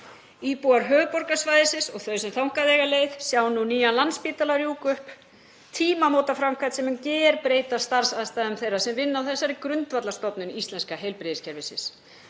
Íbúar höfuðborgarsvæðisins og þau sem þangað eiga leið sjá nú nýjan Landspítala rjúka upp, tímamótaframkvæmd sem mun gerbreyta starfsaðstæðum þeirra sem vinna á þessari grundvallarstofnun íslenska heilbrigðiskerfisins.